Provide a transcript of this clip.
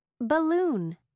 Balloon